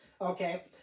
Okay